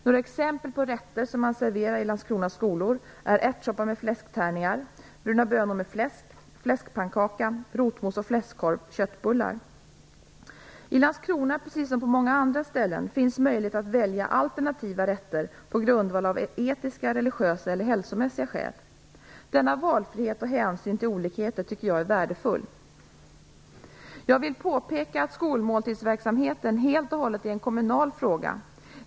Några exempel på det som man serverar på Landskronas skolor är ärtsoppa med fläsktärningar, bruna bönor med fläsk, fläskpannkaka, rotmos och fläskkorv, köttbullar. I Landskrona, precis som på många andra ställen, finns möjlighet att välja olika rätter, på grundval av etiska, religiösa eller hälsomässiga skäl. Denna valfrihet och hänsyn till olikheter tycker jag är värdefull. Jag vill påpeka att skolmåltidsverksamheten helt och hållet är en kommunal fråga.